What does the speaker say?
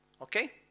Okay